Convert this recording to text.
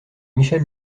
michel